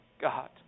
God